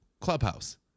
Clubhouse